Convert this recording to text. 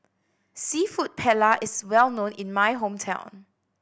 Seafood Paella is well known in my hometown